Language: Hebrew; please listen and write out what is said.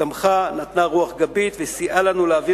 שתמכה ונתנה רוח גבית וסייעה לנו להעביר